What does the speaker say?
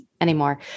anymore